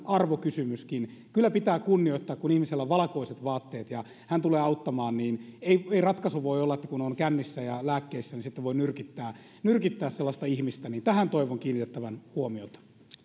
arvokysymyskin kyllä pitää kunnioittaa kun ihmisellä on valkoiset vaatteet ja hän tulee auttamaan ei ratkaisu voi olla että kun on kännissä ja lääkkeissä niin sitten voi nyrkittää sellaista ihmistä tähän toivon kiinnitettävän huomiota